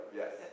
yes